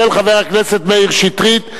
של חבר הכנסת מאיר שטרית.